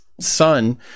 son